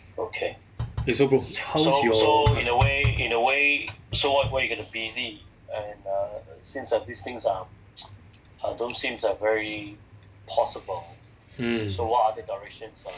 eh so bro how is your mm